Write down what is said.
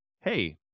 Hey